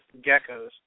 geckos